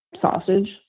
sausage